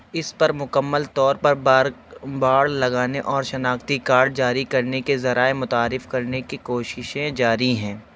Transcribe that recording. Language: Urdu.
اس پر مکمل طور پر بارک باڑ لگانے اور شناختی کارڈ جاری کرنے کے ذرائع متعارف کرنے کی کوششیں جاری ہیں